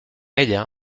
ella